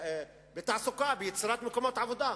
תודה.